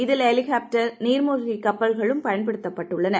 இதில் ஹெலிகாப்டர் நீர் மூழ்கி கப்பல்களும் பயன்படுத்தப்படுகின்றன